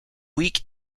weak